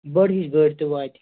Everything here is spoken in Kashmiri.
بٔڈ ہِش گٲڑۍ تہِ واتہِ